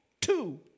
Two